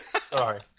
Sorry